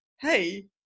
hey